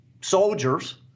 soldiers